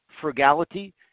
frugality